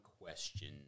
question